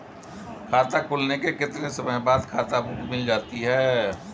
खाता खुलने के कितने समय बाद खाता बुक मिल जाती है?